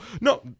No